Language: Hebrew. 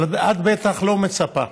אבל את בטח לא מצפה,